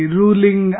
ruling